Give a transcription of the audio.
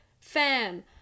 fam